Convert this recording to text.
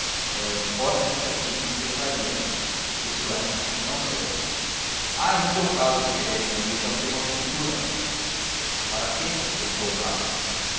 é uma hipótese que a ciência aceitaria isto é não sei há ainda o caso de quererem ambos a primogenitura para quê perguntou plácido